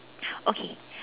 okay